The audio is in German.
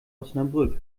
osnabrück